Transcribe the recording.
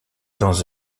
dans